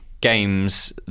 games